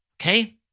Okay